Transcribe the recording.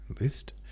list